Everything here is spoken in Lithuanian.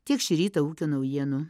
tiek šį rytą ūkio naujienų